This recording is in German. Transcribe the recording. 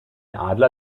adler